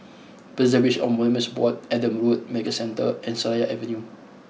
preservation of Monuments Board Adam Road Medical Centre and Seraya Avenue